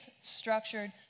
structured